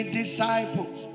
disciples